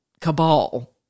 cabal